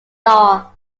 law